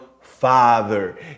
father